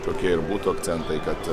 tokie ir būtų akcentai kad